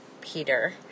Peter